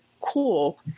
Cool